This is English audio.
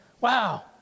Wow